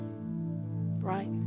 Right